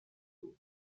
book